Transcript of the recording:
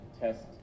test